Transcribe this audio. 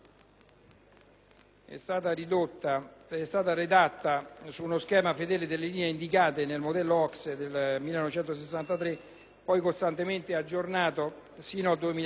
è stata redatta su uno schema fedele alle linee indicate nel modello OCSE del 1963, poi costantemente aggiornato sino al 2005.